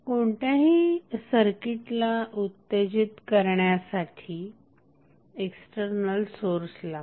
कोणत्याही सर्किटला उत्तेजित करण्यासाठी एक्स्टर्नल सोर्स लागतो